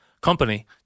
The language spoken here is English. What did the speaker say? company